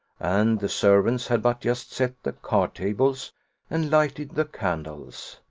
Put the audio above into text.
and the servants had but just set the card-tables and lighted the candles.